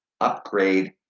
upgrade